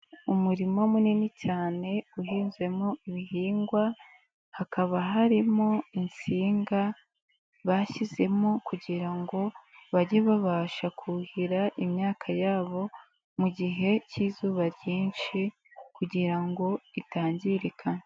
Umurima munini cyane uhinzemo ibihingwa, hakaba harimo insinga bashyizemo kugira ngo bajye babasha kuhira imyaka yabo mu gihe cy'izuba ryinshi kugira ngo itangirika.